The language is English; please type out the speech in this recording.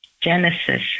Genesis